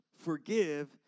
Forgive